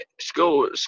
school